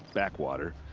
backwater.